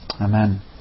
Amen